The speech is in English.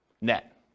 net